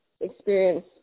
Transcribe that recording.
experience